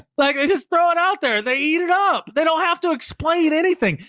like they just throw it out there. they eat it up. they don't have to explain anything.